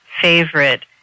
favorite